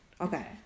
Okay